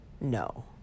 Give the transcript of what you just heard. No